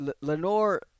Lenore